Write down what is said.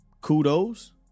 kudos